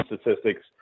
statistics